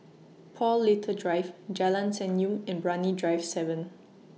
Paul Little Drive Jalan Senyum and Brani Drive seven